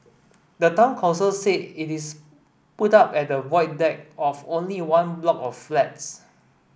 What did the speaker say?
the town council say it is put up at the Void Deck of only one block of flats